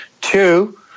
Two